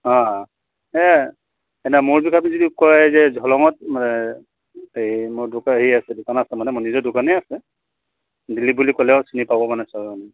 অঁ এ মোৰ কয় যে ঝলঙত এই মোৰ দোক হেৰি আছে দোকান আছে মানে নিজৰ দোকানেই আছে দিলীপ বুলি ক'লেই হ'ল চিনি পাব মানে চবে মানে